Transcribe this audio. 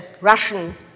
Russian